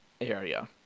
area